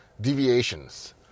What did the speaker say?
Deviations